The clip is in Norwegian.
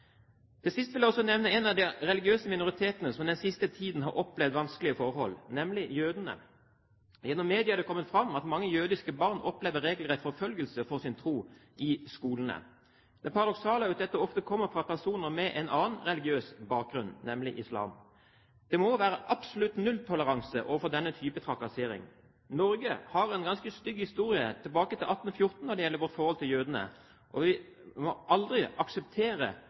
Til sist vil jeg også nevne en av de religiøse minoritetene som den siste tiden har opplevd vanskelige forhold, nemlig jødene. Gjennom media har det kommet fram at mange jødiske barn opplever regelrett forfølgelse for sin tro i skolene. Det paradoksale er at dette ofte kommer fra personer med en annen religiøs bakgrunn, nemlig islam. Det må være absolutt nulltoleranse overfor denne type trakassering. Norge har en ganske stygg historie tilbake til 1814 når det gjelder vårt forhold til jødene, og vi må aldri akseptere